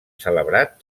celebrat